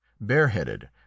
bareheaded